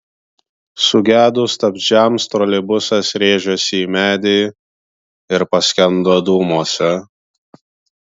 sugedus stabdžiams troleibusas rėžėsi į medį ir paskendo dūmuose